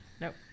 Nope